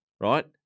right